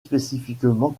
spécifiquement